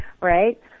right